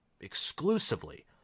exclusively